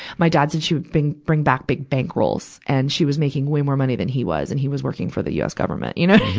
my dad said she would bing, bring back big bank rolls. and she was making way more money than he was, and he was working for the us government, you know